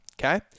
Okay